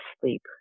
sleep